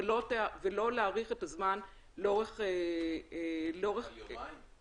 עליה לפעול לצורך ארגון הסמכה כזאת בחקיקה ראשית.